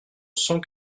cent